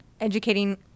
educating